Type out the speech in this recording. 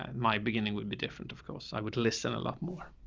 um my beginning would be different. of course i would listen a lot more.